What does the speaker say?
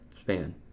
span